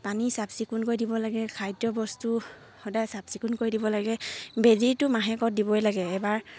পানী চাফ চিকুণকৈ দিব লাগে খাদ্য বস্তু সদায় চাফ চিকুণকৈ দিব লাগে বেজীটো মাহেকত দিবই লাগে এবাৰ